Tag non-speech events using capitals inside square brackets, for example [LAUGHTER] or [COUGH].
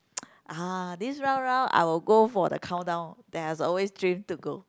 [NOISE] ah this one round I will go for the countdown that I always dream to go